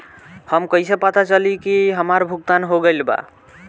हमके कईसे पता चली हमार भुगतान हो गईल बा?